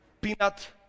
peanut